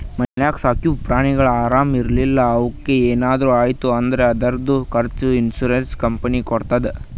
ಮನ್ಯಾಗ ಸಾಕಿವ್ ಪ್ರಾಣಿಗ ಆರಾಮ್ ಇರ್ಲಿಲ್ಲಾ ಅವುಕ್ ಏನರೆ ಆಯ್ತ್ ಅಂದುರ್ ಅದುರ್ದು ಖರ್ಚಾ ಇನ್ಸೂರೆನ್ಸ್ ಕಂಪನಿನೇ ಕೊಡ್ತುದ್